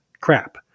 crap